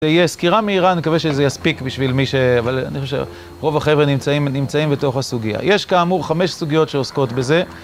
זה יהיה סקירה מהירה, אני מקווה שזה יספיק בשביל מי ש.. אבל אני חושב שרוב החבר'ה נמצאים בתוך הסוגיה. יש כאמור חמש סוגיות שעוסקות בזה.